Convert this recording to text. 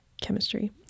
chemistry